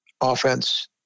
offense